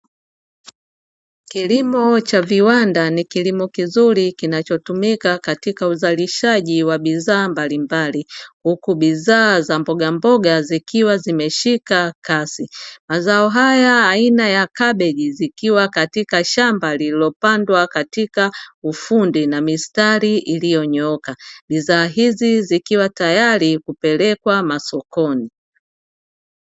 Kilimo cha viwanda ni kilimo kizuri kinachotumika katika uzalishaji wa bidhaa mbalimbali, huku bidhaa za mbogamboga zikiwa zimeshika kasi. Mazao haya aina ya kabeji zikiwa katika shamba lililopandwa katika ufundi na mistari iliyonyooka. Bidhaa hizi zikiwa tayari kupelekwa masokoni.